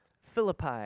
Philippi